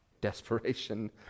Desperation